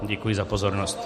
Děkuji za pozornost.